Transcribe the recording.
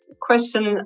question